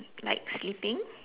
like sleeping